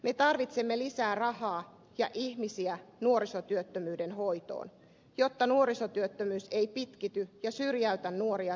me tarvitsemme lisää rahaa ja ihmisiä nuorisotyöttömyyden hoitoon jotta nuorisotyöttömyys ei pitkity ja syrjäytä nuoria työelämästä